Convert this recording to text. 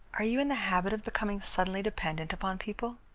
are you in the habit of becoming suddenly dependent upon people?